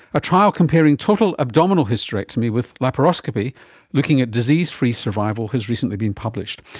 a trial comparing total abdominal hysterectomy with laparoscopy looking at disease-free survival has recently been published.